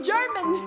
German